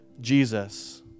Jesus